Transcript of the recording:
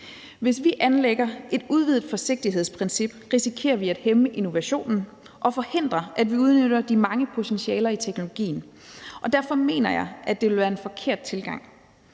Hvis vi anlægger et udvidet forsigtighedsprincip, risikerer vi at hæmme innovation og forhindre, at vi udnytter de mange potentialer i teknologien. Derfor mener jeg, at det vil være en forkert tilgang,